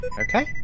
Okay